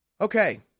Okay